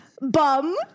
bum